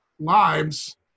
lives